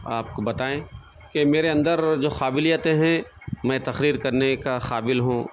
آپ کو بتائیں کہ میرے اندر جو قابلیتیں ہیں میں تقریر کرنے کا قابل ہوں